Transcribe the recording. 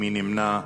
מי נמנע?